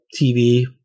TV